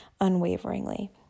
unwaveringly